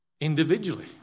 individually